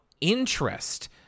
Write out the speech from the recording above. interest